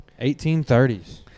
1830s